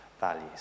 values